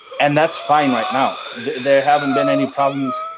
and that's fine right now. there haven't been any problems.